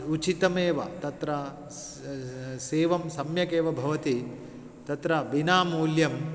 उचितमेव तत्र स् सेवं सम्यकेव भवति तत्र विना मूल्यम्